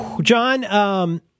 John